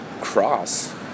cross